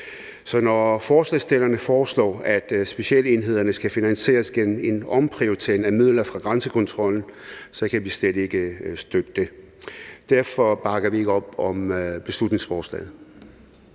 Så når forslagsstillerne foreslår, at specialenhederne skal finansieres gennem en omprioritering af midler fra grænsekontrollen, så kan vi slet ikke støtte det. Derfor bakker vi ikke op om beslutningsforslaget.